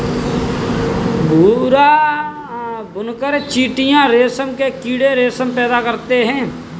भूरा बुनकर चीटियां रेशम के कीड़े रेशम पैदा करते हैं